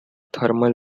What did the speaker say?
thermal